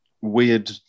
weird